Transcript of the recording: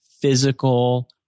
physical